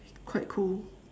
quite cool